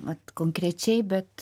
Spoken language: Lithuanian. vat konkrečiai bet